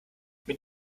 mit